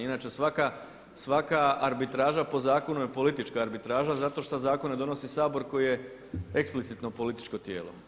Inače svaka arbitraža po zakonu je politička arbitraža zato što zakon ne donosi Sabor koji je eksplicitno političko tijelo.